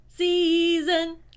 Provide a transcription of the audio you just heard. season